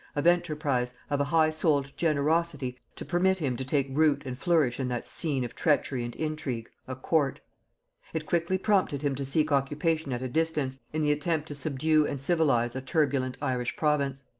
of enterprise, of a high-souled generosity, to permit him to take root and flourish in that scene of treachery and intrigue a court it quickly prompted him to seek occupation at a distance, in the attempt to subdue and civilize a turbulent irish province.